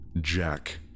Jack